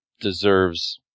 deserves